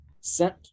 sent